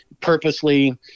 purposely